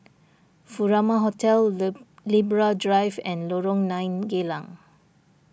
Furama Hotel Libra Drive and Lorong nine Geylang